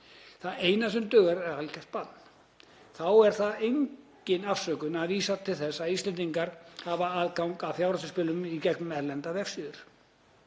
Það eina sem dugar er algert bann. Þá er það engin afsökun að vísa til þess að Íslendingar hafi aðgang að fjárhættuspilum í gegnum erlendar vefsíður.